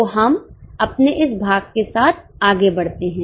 तो हम अपने इस भाग के साथ आगे बढ़ते हैं